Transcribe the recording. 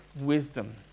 wisdom